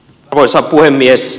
arvoisa puhemies